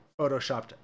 photoshopped